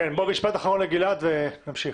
כן, עוד משפט אחרון לגלעד ונמשיך.